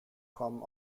kommen